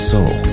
Soul